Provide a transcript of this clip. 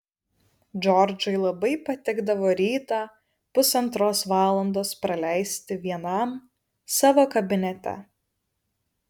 džordžui labai patikdavo rytą pusantros valandos praleisti vienam savo kabinete